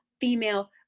female